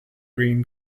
green